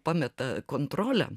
pameta kontrolę